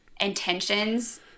intentions